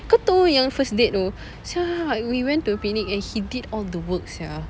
kau [tau] yang first date tu [sial] ah we went to picnic and he did all the work sia